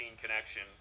connection